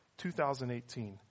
2018